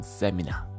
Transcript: seminar